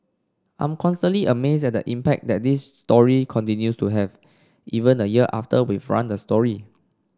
I'm constantly amazed at the impact that this story continues to have even a year after we've run the story